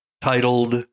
titled